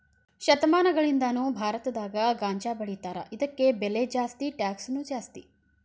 ಶತಮಾನಗಳಿಂದಾನು ಭಾರತದಾಗ ಗಾಂಜಾಬೆಳಿತಾರ ಇದಕ್ಕ ಬೆಲೆ ಜಾಸ್ತಿ ಟ್ಯಾಕ್ಸನು ಜಾಸ್ತಿ